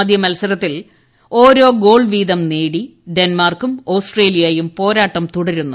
ആദ്യ മത്സരത്തിൽ ഓരോ ഗോൾ വീതം നേടി ഡെൻമാർക്കും ഓസ്ട്രേലിയയും പോരാട്ടം തുടരുന്നു